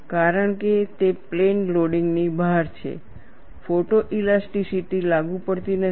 કારણ કે તે પ્લેન લોડિંગ ની બહાર છે ફોટોઇલાસ્ટિસીટી લાગુ પડતી નથી